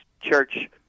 church